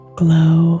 glow